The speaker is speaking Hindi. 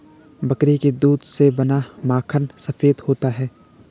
बकरी के दूध से बना माखन सफेद होता है